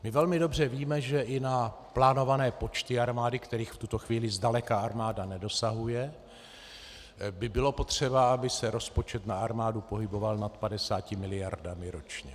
My velmi dobře víme, že i na plánované počty armády, kterých v tuto chvíli zdaleka armáda nedosahuje, by bylo potřeba, aby se rozpočet na armádu pohyboval nad 50 mld. ročně.